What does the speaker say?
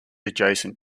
adjacent